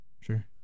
Sure